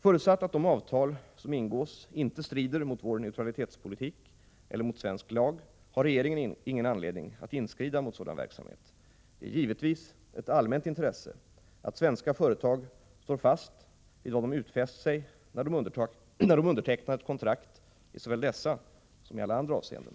Förutsatt att de avtal som ingås inte strider mot vår neutralitetspolitik eller mot svensk lag har regeringen ingen anledning att inskrida mot sådan verksamhet. Det är givetvis ett allmänt intresse att svenska företag står fast vid vad de utfäst sig när de undertecknar ett kontrakt såväl i dessa som i alla andra avseenden.